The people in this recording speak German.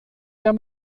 der